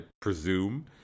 presume